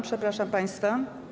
Przepraszam państwa.